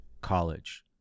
college